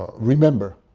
remember.